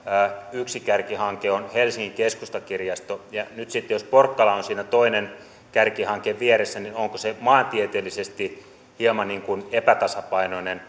yksi kärkihanke on helsingin keskustakirjasto nyt sitten jos porkkala on siinä toinen kärkihanke vieressä niin onko se maantieteellisesti hieman epätasapainoinen